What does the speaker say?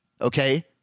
Okay